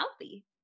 healthy